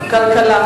כלכלה.